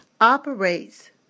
operates